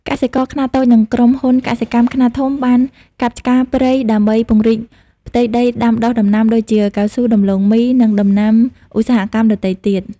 កសិករខ្នាតតូច និងក្រុមហ៊ុនកសិកម្មខ្នាតធំបានកាប់ឆ្ការព្រៃដើម្បីពង្រីកផ្ទៃដីដាំដុះដំណាំដូចជា កៅស៊ូ ដំឡូងមី និងដំណាំឧស្សាហកម្មដទៃទៀត។